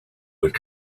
would